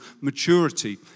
maturity